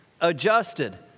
adjusted